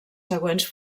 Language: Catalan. següents